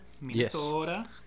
Minnesota